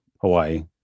Hawaii